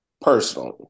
Personally